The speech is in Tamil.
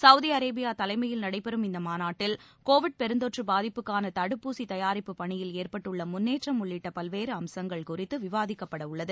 சவுதி அரேபியா தலைமையில் நடைபெறும் இந்த மாநாட்டில் கோவிட் பெருந்தொற்று பாதிப்புக்கான தடுப்பூசி தயாரிப்புப் பணியில் ஏற்பட்டுள்ள முன்னேற்றம் உள்ளிட்ட பல்வேறு அம்சங்கள் குறித்து விவாதிக்கப்படவுள்ளது